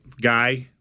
Guy